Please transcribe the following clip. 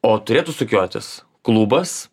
o turėtų sukiotis klubas